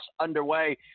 underway